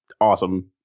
awesome